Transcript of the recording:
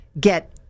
get